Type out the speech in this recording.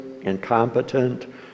incompetent